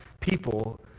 people